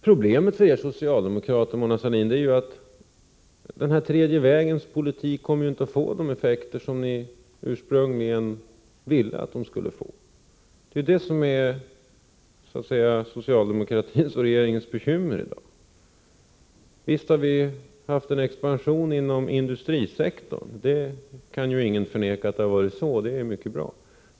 Problemet för er socialdemokrater, Mona Sahlin, är att den tredje vägens politik inte kommer att få de effekter som ni ursprungligen ville att den skulle få. Det är det som är socialdemokratins och regeringens bekymmer i dag. Visst har vi haft en expansion inom industrisektorn. Ingen kan förneka att det har varit så. Det är mycket bra.